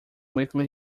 weakly